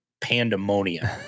pandemonium